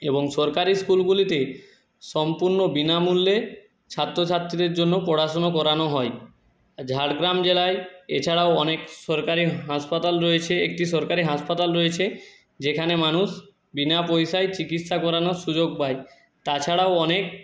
এবং সরকারি স্কুলগুলিতে সম্পূর্ণ বিনামূল্যে ছাত্রছাত্রীদের জন্য পড়াশুনো করানো হয় ঝাড়গ্রাম জেলায় এছাড়াও অনেক সরকারি হাসপাতাল রয়েছে একটি সরকারি হাসপাতাল রয়েছে যেখানে মানুষ বিনা পয়সায় চিকিৎসা করানোর সুযোগ পায় তাছাড়াও অনেক